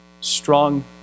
strong